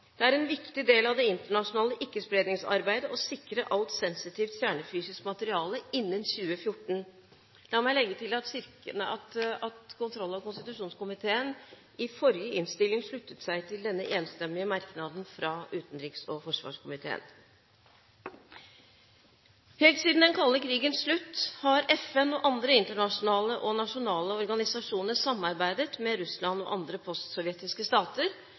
Det er en viktig del av det internasjonale ikkespredningsarbeidet å sikre alt sensitivt kjernefysisk materiale innen 2014. La meg legge til at kontroll- og konstitusjonskomiteen i forrige innstilling sluttet seg til denne enstemmige merknaden fra utenriks- og forsvarskomiteen. Helt siden den kalde krigens slutt har FN og andre internasjonale og nasjonale organisasjoner samarbeidet med Russland og andre postsovjetiske stater